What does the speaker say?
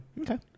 Okay